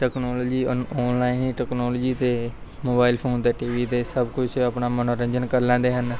technology online ਹੀ technology 'ਤੇ mobile phone 'ਤੇ ਟੀ ਵੀ 'ਤੇ ਸਭ ਕੁਛ ਆਪਣਾ ਮਨੋਰੰਜਨ ਕਰ ਲੈਂਦੇ ਹਨ